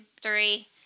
three